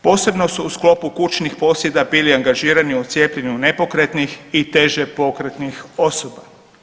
Posebno su u sklopu kućnih posjeta bili angažirani u cijepljenju nepokretnih i teže pokretnih osoba.